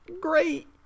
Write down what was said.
great